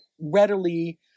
readily